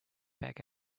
back